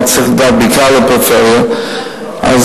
היתה